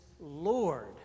Lord